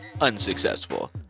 unsuccessful